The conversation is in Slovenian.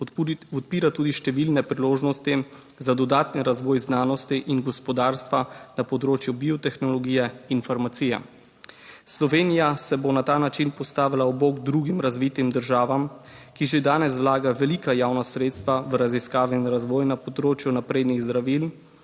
odpira tudi številne priložnosti za dodaten razvoj znanosti in gospodarstva na področju biotehnologije in farmacije. Slovenija se bo na ta način postavila ob bok drugim razvitim državam, ki že danes vlagajo velika javna sredstva v raziskave in razvoj na področju naprednih zdravil